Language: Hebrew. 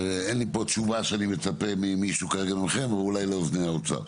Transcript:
אני לא מצפה לתשובה ממישהו מכם או אולי מעובדי האוצר.